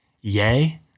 Yay